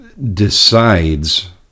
decides